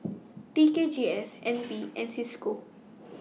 T K G S N P and CISCO